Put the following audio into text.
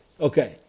Okay